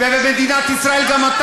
הם אלה שיורים את